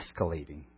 escalating